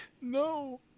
No